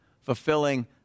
fulfilling